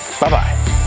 Bye-bye